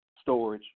storage